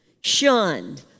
Shunned